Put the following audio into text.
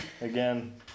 Again